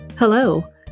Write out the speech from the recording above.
Hello